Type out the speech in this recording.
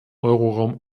euroraum